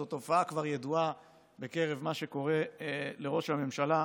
זו תופעה כבר ידועה בקרב מה שקורה לראש הממשלה,